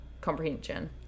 comprehension